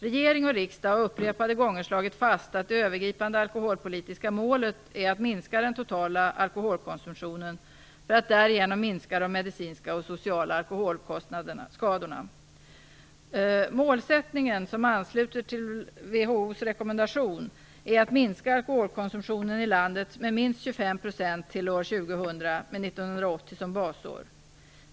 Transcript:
Regering och riksdag har upprepade gånger slagit fast att det övergripande alkoholpolitiska målet är att minska den totala alkoholkonsumtionen för att därigenom minska de medicinska och sociala alkoholskadorna. Målsättningen, som ansluter till Världshälsoorganisationens rekommendation, är att minska alkoholkonsumtionen i landet med minst 25 % till år 2000 med 1980 som basår.